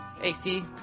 AC